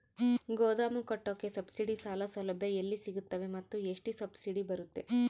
ಗೋದಾಮು ಕಟ್ಟೋಕೆ ಸಬ್ಸಿಡಿ ಸಾಲ ಸೌಲಭ್ಯ ಎಲ್ಲಿ ಸಿಗುತ್ತವೆ ಮತ್ತು ಎಷ್ಟು ಸಬ್ಸಿಡಿ ಬರುತ್ತೆ?